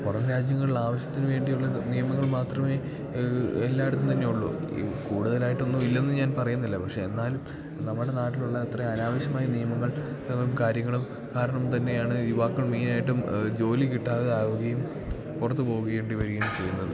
പുറം രാജ്യങ്ങളിൽ ആവശ്യത്തിന് വേണ്ടിയുള്ള നിയമങ്ങള് മാത്രമേ എല്ലായിടത്തും തന്നെയുള്ളൂ ഈ കൂട്തലായിട്ടൊന്നും ഇല്ലെന്ന് ഞാൻ പറയുന്നില്ല പക്ഷെ എന്നാലും നമ്മുടെ നാട്ടിലുള്ള അത്ര അനാവശ്യമായ നിയമങ്ങൾ കാര്യങ്ങളും കാരണം തന്നെയാണ് യുവാക്കൾ മെയ്നായിട്ടും ജോലി കിട്ടാതാകുകയും പുറത്ത് പോകേണ്ടി വരികയും ചെയ്യുന്നത്